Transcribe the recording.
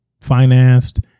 financed